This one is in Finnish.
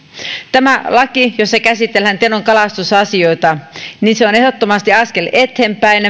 tämä laki jossa käsitellään tenon kalastusasioita on ehdottomasti askel eteenpäin